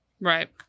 Right